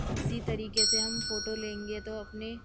اِسی طریقے سے ہم فوٹو لیں گے تو اپنے